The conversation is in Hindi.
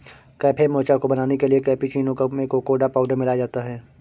कैफे मोचा को बनाने के लिए कैप्युचीनो में कोकोडा पाउडर मिलाया जाता है